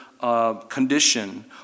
Condition